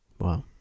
Wow